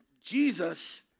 Jesus